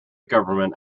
government